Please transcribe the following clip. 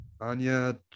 Anya